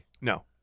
No